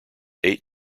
eight